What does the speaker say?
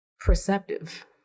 perceptive